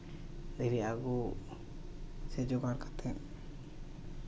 ᱫᱷᱤᱨᱤ ᱟᱹᱜᱩ ᱥᱮ ᱡᱚᱜᱟᱲ ᱠᱟᱛᱮᱫ